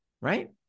right